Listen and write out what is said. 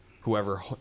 whoever